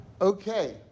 Okay